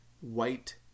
white